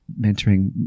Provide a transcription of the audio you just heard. mentoring